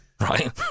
right